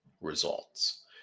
results